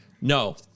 No